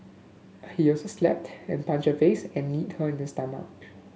he also slapped and punched her face and kneed her in the stomach